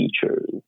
features